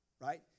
right